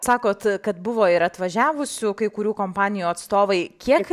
sakot kad buvo ir atvažiavusių kai kurių kompanijų atstovai kiek